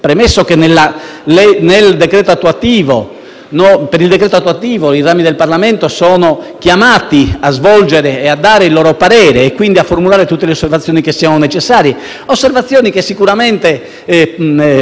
per il decreto attuativo i rami del Parlamento sono chiamati a dare il loro parere e, quindi, a formulare tutte le osservazioni necessarie, che sicuramente sono da fare anche in maniera critica su alcuni aspetti.